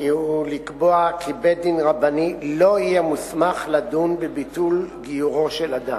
הוא לקבוע כי בית-דין רבני לא יהיה מוסמך לדון בביטול גיורו של אדם.